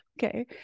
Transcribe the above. Okay